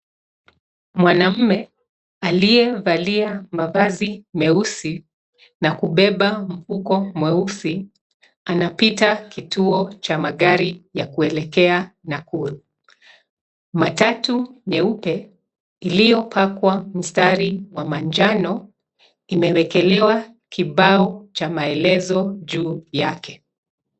Mwanamme aliye valia mavazi meusi, na kubeba mfuko mweusi, anapita kituo cha magari ya kuelekea Nakuru. Matatu nyeupe, iliyo pakiwa mstari wa manjano, imewekelewa kibao cha maelezo juu yake.